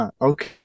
Okay